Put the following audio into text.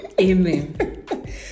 amen